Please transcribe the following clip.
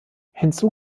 hinzu